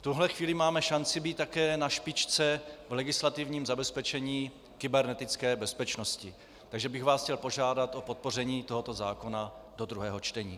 V tuhle chvíli máme šanci být také na špičce v legislativním zabezpečení kybernetické bezpečnosti, takže bych vás chtěl požádat o podpoření tohoto zákona do druhého čtení.